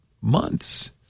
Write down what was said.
months